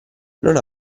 non